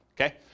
Okay